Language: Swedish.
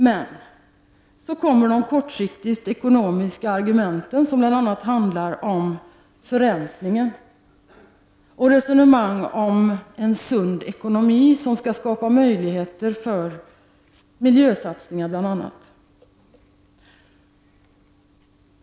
Men så kommer de kortsiktiga ekonomiska argumenten, som bl.a. handlar om förräntningen och resonemang om en sund ekonomi, som skulle skapa möjligheter för bl.a. miljösatsningar.